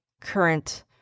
current